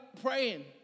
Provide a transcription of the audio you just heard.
praying